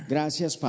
Gracias